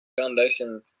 foundation